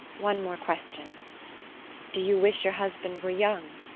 one more question do you wish your husband were young?